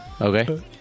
Okay